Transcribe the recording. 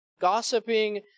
gossiping